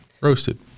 Roasted